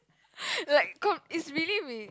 like got is really